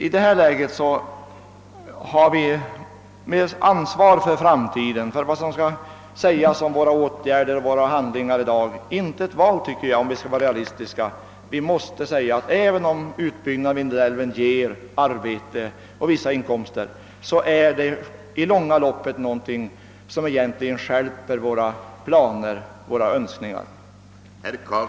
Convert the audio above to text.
I detta läge har vi inte något val om vi skall ta vårt ansvar för framtiden, för vad som en gång skall sägas om våra åtgärder och handlingar. även om utbyggnaden av Vindelälven ger arbete och inkomster, stjälper den i det långa loppet våra planer och önskemål.